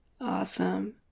Awesome